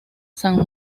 san